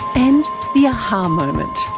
and the a-ha um moment.